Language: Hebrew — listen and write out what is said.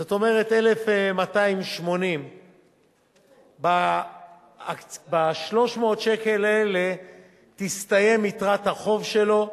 זאת אומרת 1,280. ב-300 שקל האלה תסתיים יתרת החוב שלו,